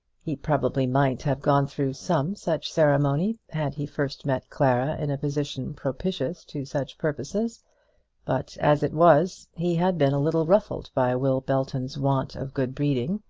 he probably might have gone through some such ceremony had he first met clara in a position propitious to such purposes but, as it was, he had been a little ruffled by will belton's want of good breeding,